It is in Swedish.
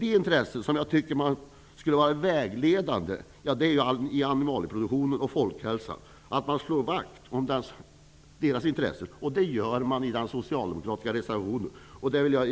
I den socialdemokratiska reservationen slår man vakt om de intressen som jag tycker borde vara vägledande, nämligen animalieproduktionens och folkhälsans.